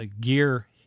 gear